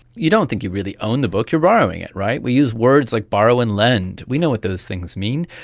you don't think you really own the book, you are borrowing it, right? we use words like borrow and lend. we know what those things mean.